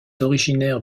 originaire